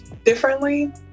differently